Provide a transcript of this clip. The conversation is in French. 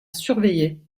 surveillait